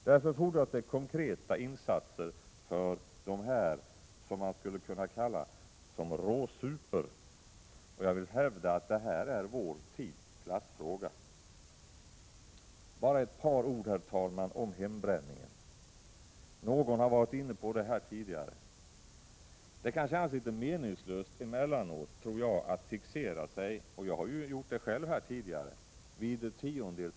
Därför fordras det konkreta insatser för dem som man skulle kunna säga råsuper. Jag vill hävda att detta är vår tids klassfråga. Bara ett par ord om hembränningen. Någon har varit inne på det tidigare. Det kan kännas litet meningslöst emellanåt, tror jag, att fixera sig vid en tiondels procent av totalkonsumtionen.